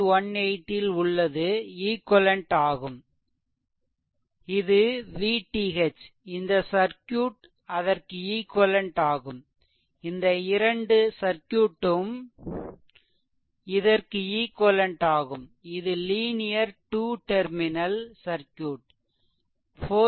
18 ல் உள்ளது ஈக்வெலென்ட் ஆகும் இது V TH இந்த சர்க்யூட் அதற்கு ஈக்வெலென்ட் ஆகும் இந்த இரண்டு சர்க்யூட்டும் இதற்கு ஈக்வெலென்ட் ஆகும் இது லீனியர் 2 டெர்மினல் சர்க்யூட் 4